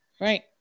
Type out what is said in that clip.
Right